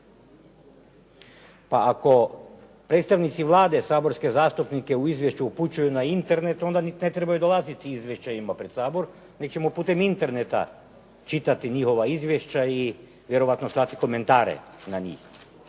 Pa ako predstavnici Vlade saborske zastupnike u izvješću upućuju na internet onda ni ne trebaju dolaziti izvješća pred Sabor nego ćemo putem interneta čitati njihova izvješća i vjerojatno slati komentare na njih.